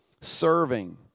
serving